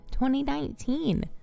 2019